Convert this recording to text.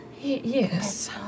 Yes